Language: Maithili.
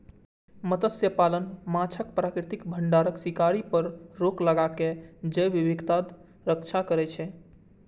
मत्स्यपालन माछक प्राकृतिक भंडारक शिकार पर रोक लगाके जैव विविधताक रक्षा करै छै